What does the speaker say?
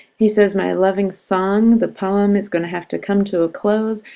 he says my loving song, the poem, is going to have to come to a close,